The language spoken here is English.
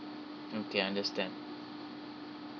okay understand